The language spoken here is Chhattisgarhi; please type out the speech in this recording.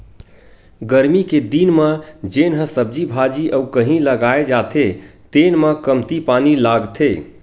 गरमी के दिन म जेन ह सब्जी भाजी अउ कहि लगाए जाथे तेन म कमती पानी लागथे